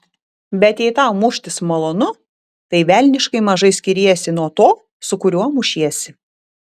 bet jei tau muštis malonu tai velniškai mažai skiriesi nuo to su kuriuo mušiesi